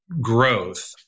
growth